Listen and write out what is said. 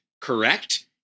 correct